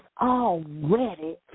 already